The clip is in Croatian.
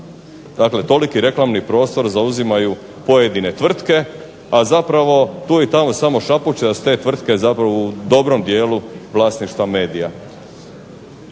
dakle toliki reklami prostor zauzimaju pojedine tvrtke, a zapravo tu i tamo samo šapuće da su te tvrtke zapravo u dobro dijelu vlasništva medija.